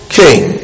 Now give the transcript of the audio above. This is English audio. king